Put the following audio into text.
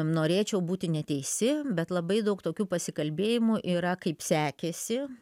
norėčiau būti neteisi bet labai daug tokių pasikalbėjimų yra kaip sekėsi